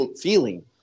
feeling